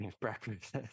breakfast